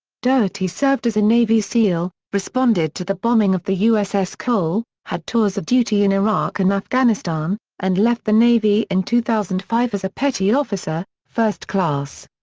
doherty served as a navy seal, responded to the bombing of the uss cole, had tours of duty in iraq and afghanistan, and left the navy in two thousand and five as a petty officer, first class.